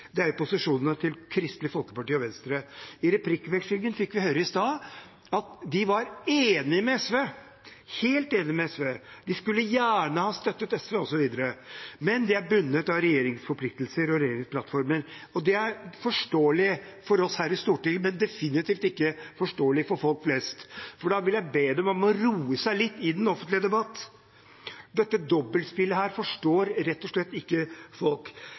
er posisjonene til Kristelig Folkeparti og Venstre. I replikkvekslingen i stad fikk vi høre at de var enige med SV, helt enige med SV, de skulle gjerne ha støttet SV, osv., men de var bundet av regjeringens forpliktelser og regjeringsplattformen. Det er forståelig for oss her i Stortinget, men definitivt ikke forståelig for folk flest. Derfor vil jeg be dem om å roe seg litt i den offentlige debatten. Dette dobbeltspillet forstår rett og slett ikke folk.